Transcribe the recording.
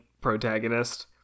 protagonist